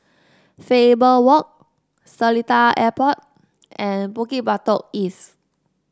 Faber Walk Seletar Airport and Bukit Batok East